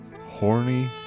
horny